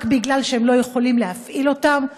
רק בגלל שהם לא יכולים להפעיל אותם,